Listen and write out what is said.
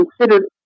considered